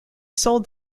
sold